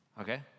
Okay